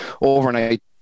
overnight